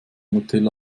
nutella